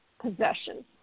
possession